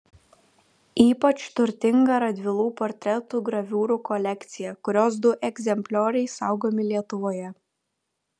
ypač turtinga radvilų portretų graviūrų kolekcija kurios du egzemplioriai saugomi lietuvoje